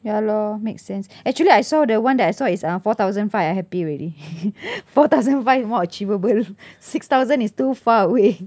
ya lor makes sense actually I saw the one that I saw is uh four thousand five I happy already four thousand five more achievable six thousand is too far away